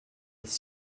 its